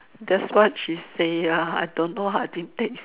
that's what she say ah I don't how I didn't taste it